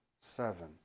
seven